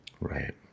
Right